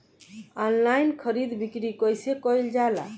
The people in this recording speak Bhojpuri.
आनलाइन खरीद बिक्री कइसे कइल जाला?